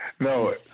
No